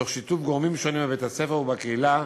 תוך שיתוף גורמים שונים בבית-הספר ובקהילה,